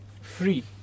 free